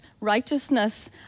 righteousness